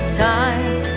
time